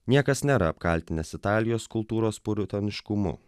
niekas nėra apkaltinęs italijos kultūros puritoniškumu